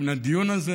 מהדיון הזה.